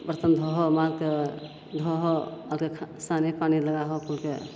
बरतन धोअऽ मालके धोअऽ आकि सानी पानी लगाबऽ कुलके